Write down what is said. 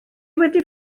wedi